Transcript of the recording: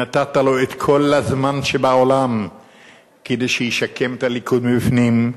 נתת לו את כל הזמן שבעולם כדי שישקם את הליכוד מבפנים,